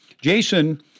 Jason